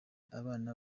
abana